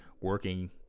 working